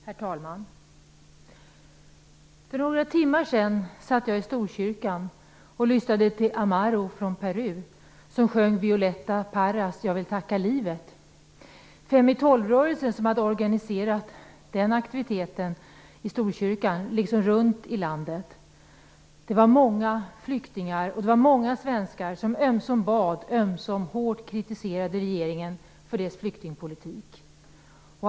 Herr talman! För några timmar sedan satt jag i Storkyrkan och lyssnade till Amaro från Peru, som sjöng Violetta Paras Jag vill tacka livet. Det var Fem i tolv-rörelsen som hade organiserat denna aktivitet i Storkyrkan liksom många andra aktiviteter i landet. Det var många flyktingar och många svenskar som ömsom bad och ömsom hårt kritiserade regeringen för dess flyktingpolitik.